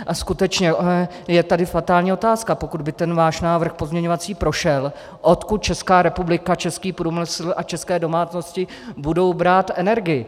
A skutečně je tady fatální otázka: Pokud by ten váš pozměňovací návrh prošel, odkud Česká republika, český průmysl a české domácnosti budou brát energii?